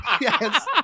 Yes